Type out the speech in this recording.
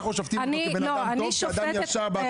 אנחנו שופטים אותו כבן אדם טוב, כאדם ישר.